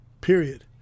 period